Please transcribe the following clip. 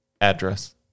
Address